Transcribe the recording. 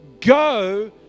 Go